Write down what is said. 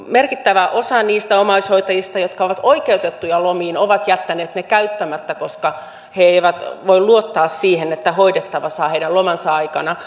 merkittävä osa niistä omaishoitajista jotka ovat oikeutettuja lomiin ovat jättäneet ne käyttämättä koska he eivät voi luottaa siihen että hoidettava saa heidän lomansa aikana